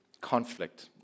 conflict